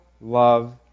love